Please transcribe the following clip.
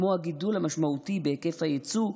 כמו הגידול המשמעותי בהיקף היצוא,